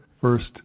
First